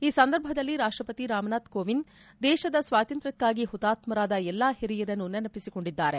ಈ ಸಂದರ್ಭದಲ್ಲಿ ರಾಷ್ಟ್ರಪತಿ ರಾಮನಾಥ್ ಕೋವಿಂದ್ ದೇಶದ ಸ್ವಾತಂತ್ರ್ ಕ್ಕಾಗಿ ಹುತಾತ್ಮರಾದ ಎಲ್ಲಾ ಹಿರಿಯರನ್ನು ನೆನಪಿಸಿಕೊಂಡಿದ್ದಾರೆ